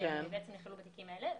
שנכללו בתיקים האלה.